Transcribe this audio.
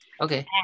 Okay